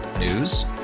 news